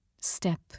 step